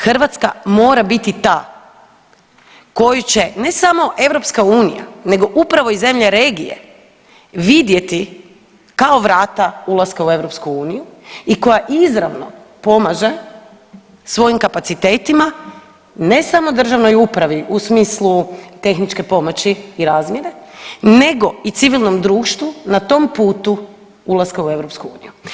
Hrvatska mora biti ta koju će ne samo EU nego upravo i zemlje regije vidjeti kao vrata ulaska u EU i koja izravno pomaže svojim kapacitetima ne samo državnoj upravi u smislu tehničke pomoći i razmjene nego i civilnom društvu na tom putu ulaska u EU.